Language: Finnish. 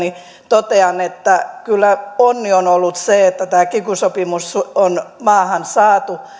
totean että kyllä onni on ollut se että tämä kiky sopimus on maahan saatu